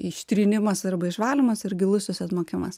ištrynimas arba išvalymas ir gilusis atmokimas